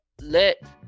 let